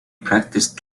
practiced